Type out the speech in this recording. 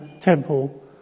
temple